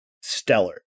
stellar